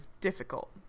difficult